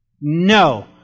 No